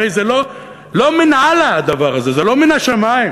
הרי זה לא מן-אללה הדבר הזה, זה לא מן השמים.